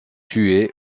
tués